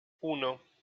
uno